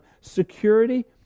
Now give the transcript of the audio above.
security